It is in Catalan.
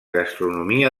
gastronomia